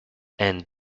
and